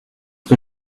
que